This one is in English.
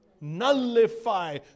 nullify